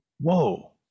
Whoa